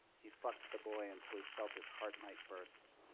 he fucked the boy until he felt his heart might burst.